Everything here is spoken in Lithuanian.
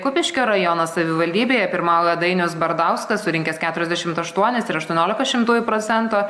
kupiškio rajono savivaldybėje pirmauja dainius bardauskas surinkęs keturiasdešimt aštuonis ir aštuoniolika šimtųjų procento